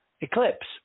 eclipse